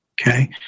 okay